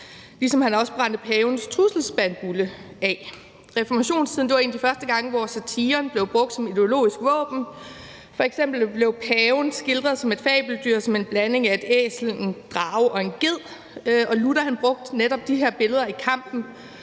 ligesom han også brændte pavens trusselsbandbulle af. Reformationstiden var en af de første gange, hvor satiren blev brugt som ideologisk våben, f.eks. blev paven skildret som et fabeldyr som en blanding af et æsel, en drage og en ged. Luther brugte netop de her billeder i kampen